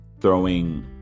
throwing